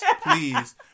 please